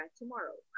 tomorrow